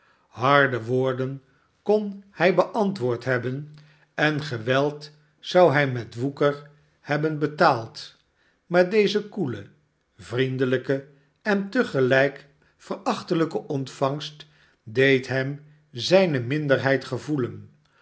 harde woorden kon hij beantwoord hebben en geweld zou hij met woeker hebben betaald maar deze koele vriendelijke en te gelijk verachtelijke ontvangst deed hem zijne minderheid gevoelen